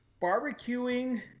barbecuing